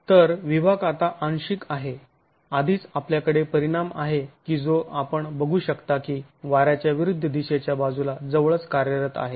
तर विभाग आता अंशिक आहे आधीच आपल्याकडे परिणाम आहे की जो आपण बघू शकता की वाऱ्याच्या विरुद्ध दिशेच्या बाजूला जवळच कार्यरत आहे